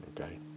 Okay